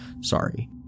Sorry